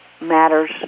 matters